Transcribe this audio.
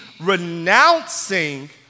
renouncing